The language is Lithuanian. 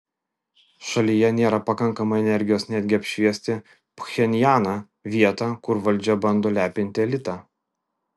šalyje nėra pakankamai energijos netgi apšviesti pchenjaną vietą kur valdžia bando lepinti elitą